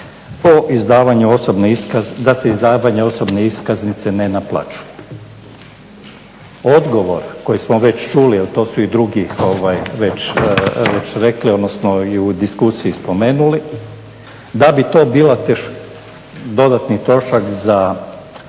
da se izdavanje osobne iskaznice ne naplaćuje. Odgovor koji smo već čuli jer to su i drugi već rekli, odnosno u diskusiji spomenuli, da bi to bio dodatni trošak za